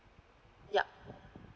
yup